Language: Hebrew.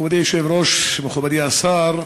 מכובדי היושב-ראש, מכובדי השר,